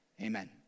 Amen